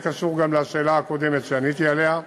זה קשור גם לשאלה הקודמת שעניתי עליה,